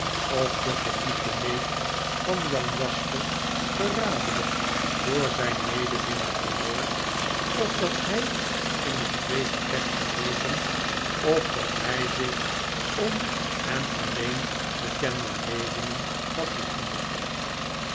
of de geliefde neef van jan jasper verraderlijk door zyn medeminnaar vermoord ofdathijineentweegevecht bezweken of dat hy zich om hem alleen bekende redenen had